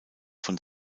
von